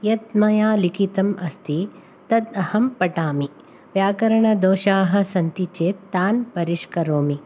यत् मया लिखितम् अस्ति तत् अहं पठामि व्याकरणदोषाः सन्ति चेत् तान् परिष्करोमि